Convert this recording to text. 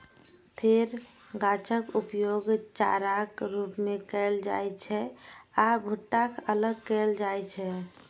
फेर गाछक उपयोग चाराक रूप मे कैल जाइ छै आ भुट्टा अलग कैल जाइ छै